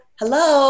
hello